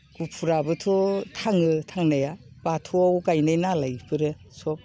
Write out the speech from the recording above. गुफुराबोथ' थाङो थांनाया बाथौवाव गायनाय नालाय बिफोरो सब